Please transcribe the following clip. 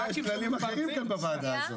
אחרים.